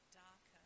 darker